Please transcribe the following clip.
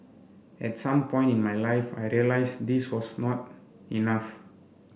at some point in my life I realised this was not enough